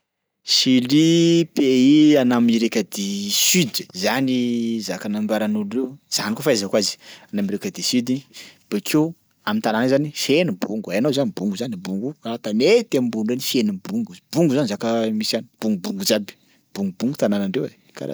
Chili pays an'Amerika du sud, zany zaka nambaran'olona reo, zany koa fahaizako azy an'Amerika du sud. Bakeo am'tanàna io zany feno bongo hainao zany bongo zany? Bongo io raha tanety ambony eny feno bongo, bongo zany zaka misy any, bongobongo jiaby, bongobongo tanànandreo e karaha izany.